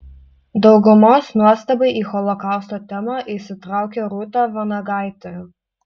daugumos nuostabai į holokausto temą įsitraukė rūta vanagaitė